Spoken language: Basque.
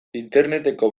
interneteko